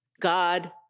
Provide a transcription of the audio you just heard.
God